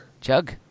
Chug